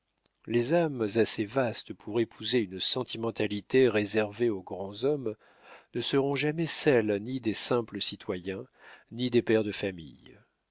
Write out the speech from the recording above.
les âmes assez vastes pour épouser une sentimentalité réservée aux grands hommes ne seront jamais celles ni des simples citoyens ni des pères de famille